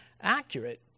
accurate